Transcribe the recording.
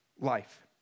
life